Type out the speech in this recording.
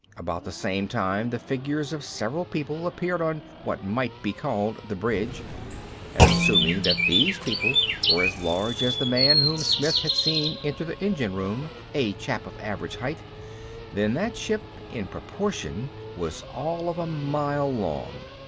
about the same time the figures of several people appeared on what might be called the bridge and assuming that these people were as large as the man whom smith had seen enter the engine-room a chap of average height then that ship, in proportion, was all of a mile long!